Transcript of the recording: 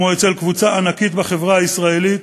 כמו אצל קבוצה ענקית בחברה הישראלית,